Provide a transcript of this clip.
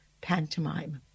pantomime